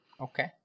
Okay